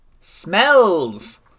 Smells